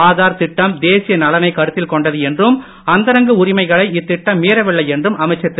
ஆதார் திட்டம் தேசிய நலனைக் கருத்தில் கொண்டது என்றும் அந்தரங்க உரிமைகளை இத்திட்டம் மீறவில்லை என்றும் அமைச்சர் திரு